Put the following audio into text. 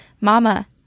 Mama